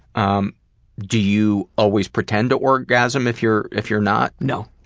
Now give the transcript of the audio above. um do you always pretend to orgasm if you're if you're not? no.